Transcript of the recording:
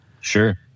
Sure